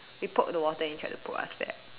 we poked the water and tried to pulled us there